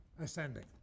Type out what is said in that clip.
ascending